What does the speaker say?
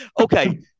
okay